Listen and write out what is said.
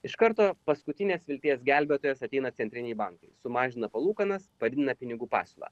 iš karto paskutinės vilties gelbėtojas ateina centriniai bankai sumažina palūkanas padidina pinigų pasiūlą